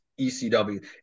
ECW